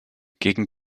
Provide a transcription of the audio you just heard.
gegen